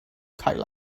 cael